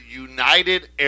United